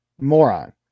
moron